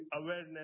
awareness